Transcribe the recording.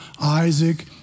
Isaac